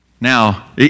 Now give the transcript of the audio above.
Now